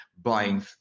Buying